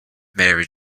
mary